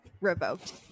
revoked